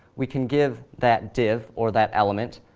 we can give that div or that element